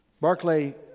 Barclay